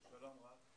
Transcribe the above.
שלום רב.